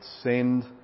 send